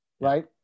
right